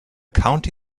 county